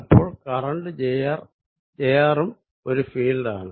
അപ്പോൾ current jr ഉം ഒരു ഫീൽഡാണ്